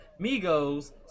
Migos